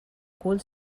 cul